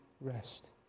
rest